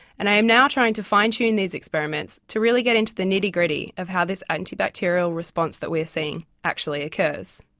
and i am now trying to fine-tune these experiments to really get into the nitty-gritty of how this anti-bacterial response that we are seeing actually occurs.